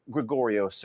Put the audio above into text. Gregorio